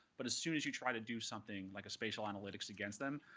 but as soon as you try to do something like, a spatial analytics against them,